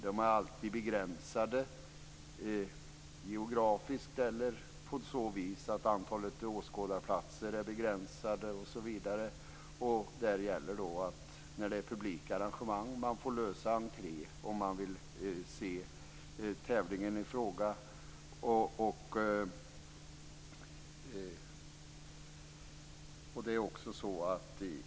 De är alltid begränsade geografiskt eller på så vis att antalet åskådarplatser är begränsat. Det som gäller när det är publika arrangemang är att man får lösa entrébiljett om man vill se tävlingen i fråga.